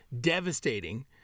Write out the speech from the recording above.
devastating